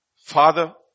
Father